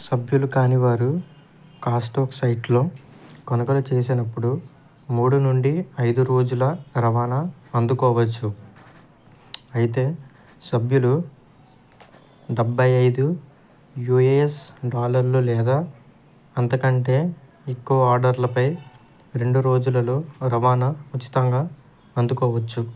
సభ్యులు కాని వారు కాస్టోకో సైట్లో కొనుగోలు చేసినప్పుడు మూడు నుండి ఐదు రోజుల రవాణా అందుకోవచ్చు అయితే సభ్యులు డబ్బై ఐదు యూఎస్ డాలర్లు లేదా అంతకంటే ఎక్కువ ఆర్డర్లపై రెండు రోజులలో రవాణా ఉచితంగా అందుకోవచ్చు